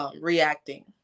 Reacting